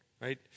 Right